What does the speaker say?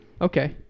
okay